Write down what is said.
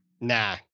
Nah